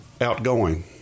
Outgoing